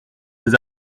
des